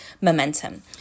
momentum